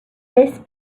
this